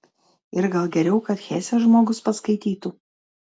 ir gal geriau kad hesę žmogus paskaitytų